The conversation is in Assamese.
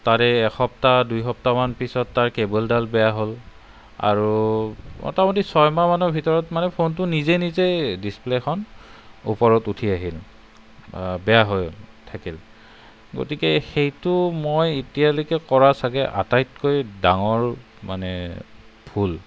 তাৰে এসপ্তাহ দুসপ্তাহ মান পিছত তাৰ কেবলডাল বেয়া হ'ল আৰু মোটামোটি ছমাহ মানৰ ভিতৰত মানে ফোনটো নিজে নিজেই ডিচপ্লে'খন ওপৰত উঠি আহিল বেয়া হৈ থাকিল গতিকে সেইটো মই এতিয়ালৈকে কৰা চাগে আটাইতকৈ ডাঙৰ মানে ভুল